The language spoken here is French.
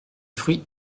fruits